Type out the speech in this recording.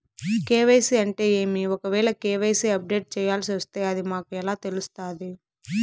KYC అంటే ఏమి? ఒకవేల కె.వై.సి అప్డేట్ చేయాల్సొస్తే అది మాకు ఎలా తెలుస్తాది?